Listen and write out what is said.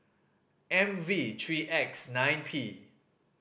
M V three X nine P